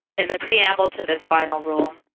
in the preamble to this final rule,